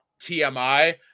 tmi